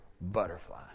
butterfly